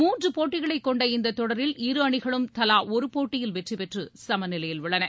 மூன்று போட்டிகளை கொண்ட இந்த தொடரில் இரு அணிகளும் தலா ஒரு போட்டியில் வெற்றி பெற்று சமநிலையில் உள்ளன